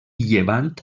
llevant